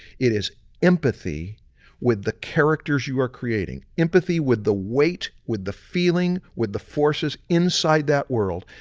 it is empathy with the characters you are creating. empathy with the weight, with the feeling, with the forces inside that world,